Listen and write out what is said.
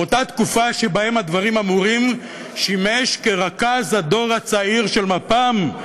באותה תקופה שבה הדברים אמורים שימש כרכז הדור הצעיר של מפ"ם,